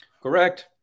Correct